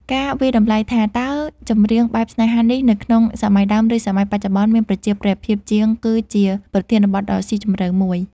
ការវាយតម្លៃថា តើចម្រៀង បែបស្នេហានេះ នៅក្នុង សម័យដើម ឬសម័យបច្ចុប្បន្ន មានប្រជាប្រិយភាពជាង គឺជាប្រធានបទដ៏ស៊ីជម្រៅមួយ